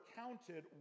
counted